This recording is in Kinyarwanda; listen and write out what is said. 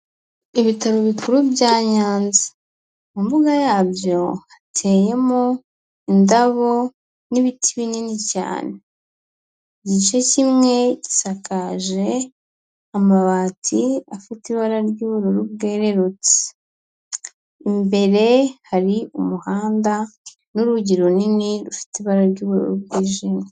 Ibitaro bikuru bya Nyanza; mu mbuga yabyo, hateyemo indabo n'ibiti binini cyane. Igice kimwe, gisakaje amabati afite ibara ry'ubururu bwerurutse. Imbere hari umuhanda n'urugi runini, rufite ibara ry'ubururu bwijimye.